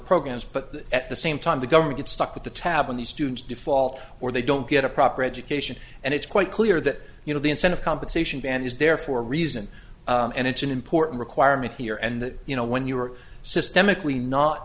programs but at the same time the government gets stuck with the tab on these students default or they don't get a proper education and it's quite clear that you know the incentive compensation band is there for a reason and it's an important requirement here and you know when you are systemically not